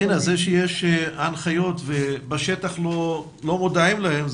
זה שיש הנחיות ובשטח לא מודעים להן,